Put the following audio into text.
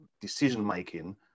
decision-making